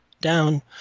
down